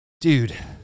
Dude